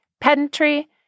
pedantry